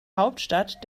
hauptstadt